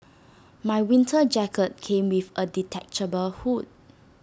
my winter jacket came with A detachable hood